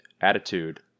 attitude